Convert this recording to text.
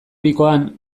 bikoan